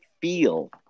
feel